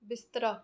बिस्तरा